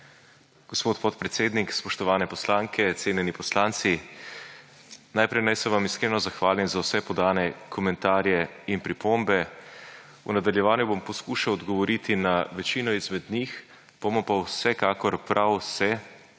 Gospod podpredsednik, spoštovane poslanke, cenjeni poslanci! Najprej naj se vam iskreno zahvalim za vse podane komentarje in pripombe. V nadaljevanju bom poskušal odgovoriti na večino izmed njih, bomo pa vsekakor prav vse